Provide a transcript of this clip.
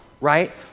right